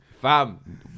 fam